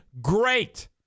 great